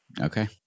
Okay